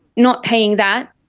not paying that,